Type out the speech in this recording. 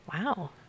Wow